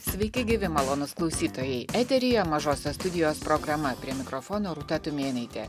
sveiki gyvi malonūs klausytojai eteryje mažosios studijos programa prie mikrofono rūta tumėnaitė